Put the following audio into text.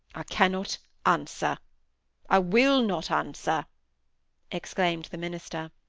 i cannot answer i will not answer' exclaimed the minister.